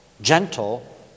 gentle